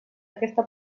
aquesta